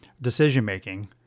decision-making